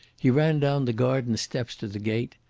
he ran down the garden steps to the gate.